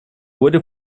wurde